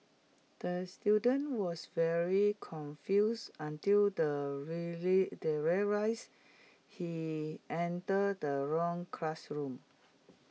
the student was very confused until the really there real rise he entered the wrong classroom